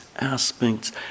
aspects